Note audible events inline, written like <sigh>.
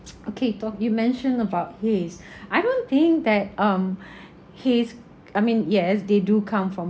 okay talk you mentioned about haze <breath> I don't think that um <breath> haze I mean yes they do come from